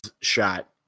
shot